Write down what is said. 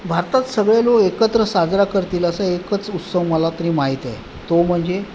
भारतात सगळे लोक एकत्र साजरा करतील असा एकच उत्सव मला तरी माहिती आहे तो म्हणजे